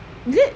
is it